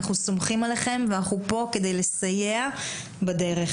אנחנו סומכים עליכם, ואנחנו פה כדי לסייע בדרך.